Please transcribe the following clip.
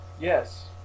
Yes